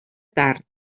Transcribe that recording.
tard